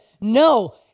no